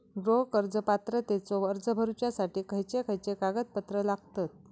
गृह कर्ज पात्रतेचो अर्ज भरुच्यासाठी खयचे खयचे कागदपत्र लागतत?